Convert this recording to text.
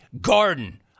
Garden